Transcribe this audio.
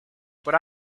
but